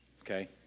Okay